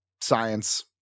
science